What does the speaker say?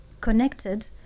connected